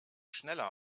schneller